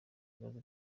ibibazo